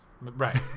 right